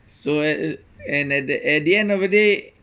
so at uh and at the at the end of the day